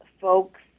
folks